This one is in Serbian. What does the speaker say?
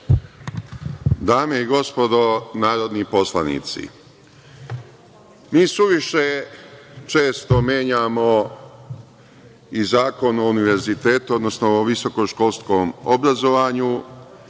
Dame i gospodo narodni poslanici, mi suviše često menjamo i Zakon o univerzitetu, odnosno o visokoškolskom obrazovanju